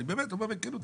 אני באמת אומר בכנות,